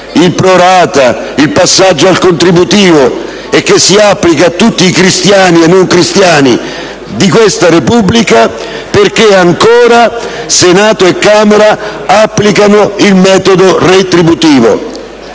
il *pro rata* ed il passaggio al sistema contributivo e che si applica a tutti i cristiani e non cristiani di questa Repubblica, ancora Senato e Camera applicano il metodo retributivo?